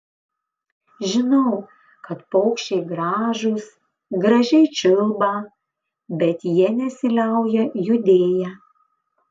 žinau kad paukščiai gražūs gražiai čiulba bet jie nesiliauja judėję